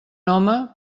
home